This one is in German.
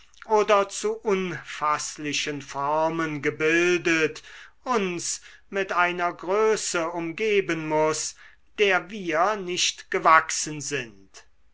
oder zu unfaßlichen formen gebildet uns mit einer größe umgeben muß der wir nicht gewachsen sind